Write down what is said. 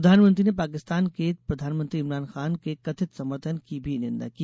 प्रधानमंत्री ने पाकिस्तान के प्रधानमंत्री इमरान खान के कथित समर्थन की भी निन्दा की